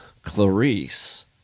Clarice